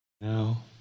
Now